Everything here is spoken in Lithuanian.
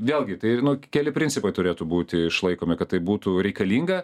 vėlgi tai nu keli principai turėtų būti išlaikomi kad tai būtų reikalinga